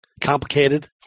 Complicated